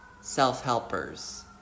self-helpers